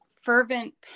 fervent